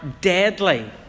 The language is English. deadly